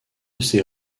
ces